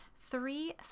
Three